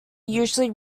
usually